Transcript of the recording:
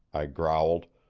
i growled,